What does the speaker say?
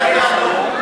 היא לא עוצרת באדום.